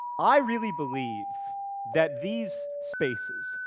i really believe that these spaces,